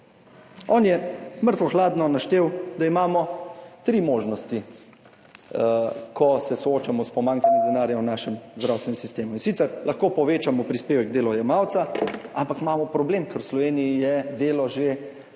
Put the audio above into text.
On je mrtvo hladno naštel, da imamo tri možnosti, ko se soočamo s pomanjkanjem denarja v našem zdravstvenem sistemu. In sicer lahko povečamo prispevek delojemalca, ampak imamo problem, ker je v Sloveniji delo že močno,